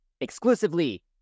exclusively